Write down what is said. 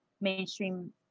mainstream